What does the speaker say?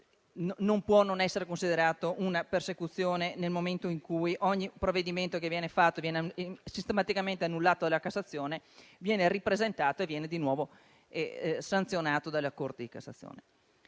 non può non essere considerato una persecuzione nel momento in cui ogni provvedimento che viene fatto e sistematicamente annullato dalla Cassazione poi venga ripresentato e venga di nuovo sanzionato dalla Corte di cassazione